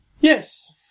Yes